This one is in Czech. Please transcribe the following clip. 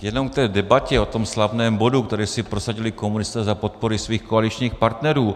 Jenom k té debatě o tom slavném bodu, který si prosadili komunisté za podpory svých koaličních partnerů.